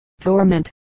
torment